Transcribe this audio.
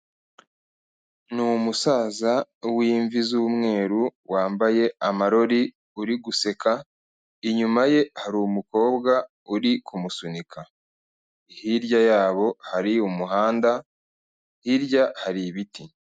Ni umusaza w'imvi z'umweru wambaye amarori uri guseka, inyuma ye hari umukobwa uri kumusunika, hirya yabo hari umuhanda, hirya hari ibiti.